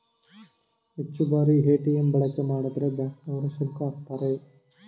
ಹೆಚ್ಚು ಬಾರಿ ಎ.ಟಿ.ಎಂ ಬಳಕೆ ಮಾಡಿದ್ರೆ ಬ್ಯಾಂಕ್ ನವರು ಶುಲ್ಕ ಆಕ್ತರೆ